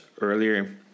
earlier